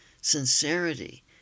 sincerity